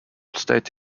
state